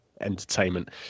entertainment